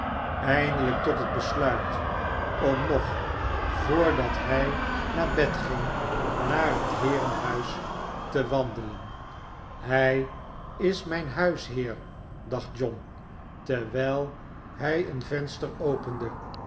eindelijk tot het besluit om nog voordat hij naar bed ging naar het heerenhuis te wandelen hij is mijn huisheer dacht john terwijl hij een venster opende